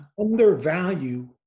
undervalue